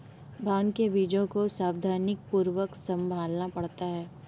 भांग के बीजों को सावधानीपूर्वक संभालना पड़ता है